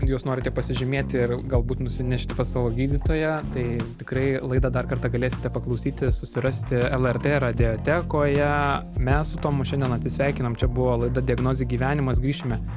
juos norite pasižymėti ir galbūt nusinešti pas savo gydytoją tai tikrai laidą dar kartą galėsite paklausyti susirasti lrt radiotekoje mes su tomu šiandien atsisveikinam čia buvo laida diagnozė gyvenimas grįšime